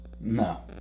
No